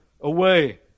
away